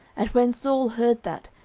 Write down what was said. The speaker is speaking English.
and when saul heard that,